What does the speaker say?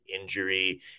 injury